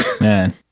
Man